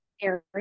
area